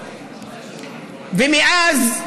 ומאז,